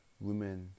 women